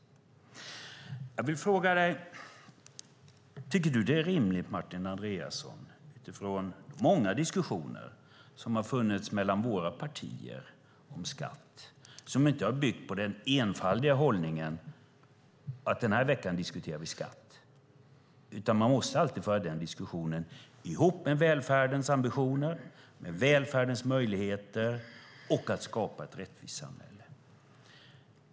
Utifrån många diskussioner som har funnits mellan våra partier om skatt som inte har byggt på den enfaldiga hållningen att den här veckan diskuterar vi skatt vill jag fråga Martin Andreasson: Tycker du att det är rimligt att man alltid för diskussionen ihop med välfärdens ambitioner, med välfärdens möjligheter och skapandet av ett rättvist samhälle?